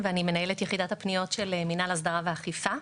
מנהלת את יחידת הפניות של מנהל ההסדרה והאכיפה.